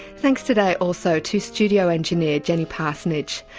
thanks today also to studio engineer jenny parsonage,